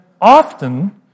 often